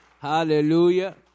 Hallelujah